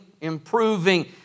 improving